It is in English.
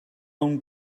own